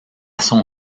son